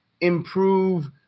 improve